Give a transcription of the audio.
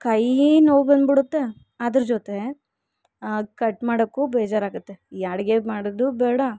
ಕೈಯಿ ನೋವು ಬಂದುಬಿಡುತ್ತೆ ಅದ್ರ ಜೊತೆ ಕಟ್ ಮಾಡೋಕು ಬೇಜಾರಾಗತ್ತೆ ಈ ಅಡಿಗೆ ಮಾಡೋದು ಬೇಡ